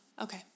okay